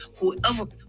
whoever